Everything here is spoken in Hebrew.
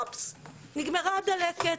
אופס, נגמרה הדלקת.